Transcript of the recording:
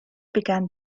began